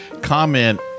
comment